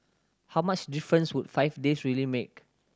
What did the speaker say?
how much difference would five days really make